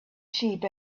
sheep